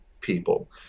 people